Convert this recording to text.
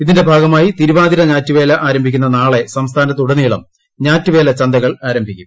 ഇതിന്റെ ഭാഗമായി തിരുവാതിര ഞാറ്റുവേല ആരംഭിക്കുന്ന് നാളെ സംസ്ഥാനത്തുടനീളം ഞാറ്റുവേല ചന്തകൾ ആരംഭിക്കും